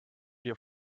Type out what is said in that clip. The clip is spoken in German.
dir